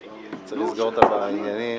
בבקשה.